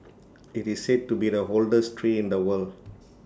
IT is said to be the oldest tree in the world